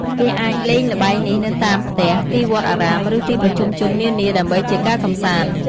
គេអាចល្បែងនេះនៅតាមផ្ទះ ទីវត្តអារាម ឬ ទីប្រជុំជននានា ដើម្បីជាការកំសាន្ត។